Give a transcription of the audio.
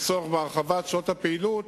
יש צורך בהרחבת שעות הפעילות